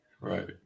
Right